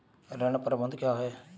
ऋण प्रबंधन क्या है?